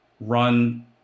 run